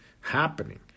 happening